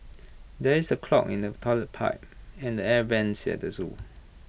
there is A clog in the Toilet Pipe and air Vents at the Zoo